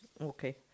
Okay